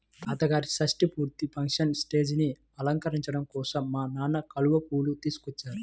తాతగారి షష్టి పూర్తి ఫంక్షన్ స్టేజీని అలంకరించడం కోసం మా నాన్న కలువ పూలు తీసుకొచ్చారు